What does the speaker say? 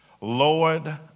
Lord